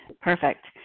Perfect